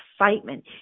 excitement